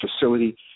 facility